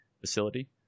facility